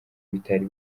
bitari